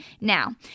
now